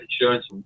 insurance